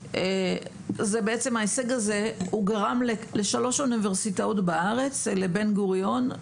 ההישג הזה גרם לשלוש אוניברסיטאות בארץ לבן גוריון,